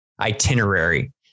itinerary